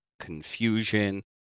confusion